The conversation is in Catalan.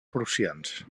prussians